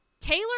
Taylor